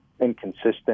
inconsistent